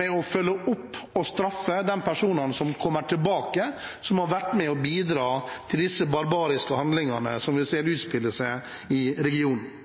ved å følge opp og straffe de personene som kommer tilbake, som har vært med på å bidra til de barbariske handlingene som vi ser utspille seg i regionen.